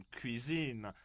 cuisine